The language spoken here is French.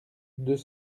deux